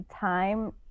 time